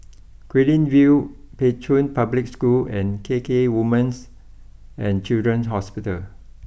Guilin view Pei Chun Public School and K K Women's and Children's Hospital